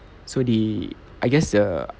so the I guess the